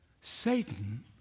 Satan